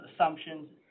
assumptions